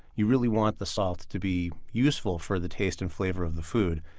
you really want the salt to be useful for the taste and flavor of the food.